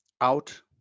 out